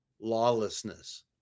lawlessness